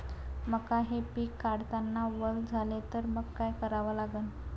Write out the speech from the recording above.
मका हे पिक काढतांना वल झाले तर मंग काय करावं लागन?